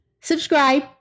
subscribe